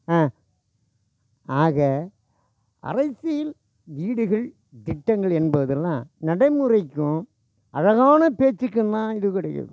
ஆ ஆக அரசியல் வீடுகள் திட்டங்கள் என்பதெல்லாம் நடைமுறைக்கும் அழகான பேச்சுக்கும் தான் இது கிடைக்காது